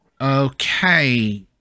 Okay